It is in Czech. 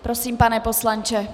Prosím, pane poslanče.